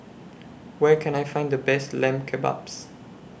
Where Can I Find The Best Lamb Kebabs